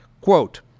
Quote